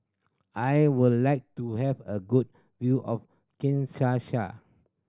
I would like to have a good view of Kinshasa